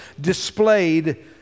displayed